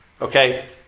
Okay